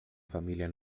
familia